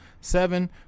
Seven